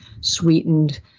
sweetened